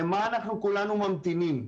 למה אנחנו כולנו ממתינים?